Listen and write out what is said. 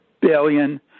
billion